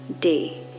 day